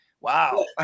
wow